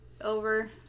over